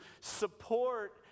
support